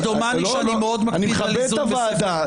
אני מכבד את הוועדה.